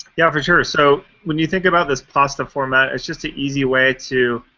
yeah, for sure. so, when you think about this pasta format, it's just an easy way to